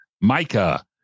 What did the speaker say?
Micah